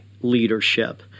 leadership